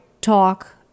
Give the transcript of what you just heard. talk